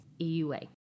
EUA